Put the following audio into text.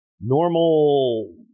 normal